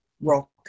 rock